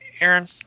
Aaron